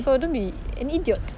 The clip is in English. so don't be an idiot